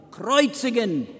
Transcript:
kreuzigen